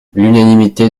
l’unanimité